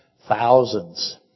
thousands